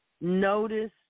notice